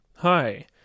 Hi